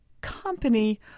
company